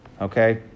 Okay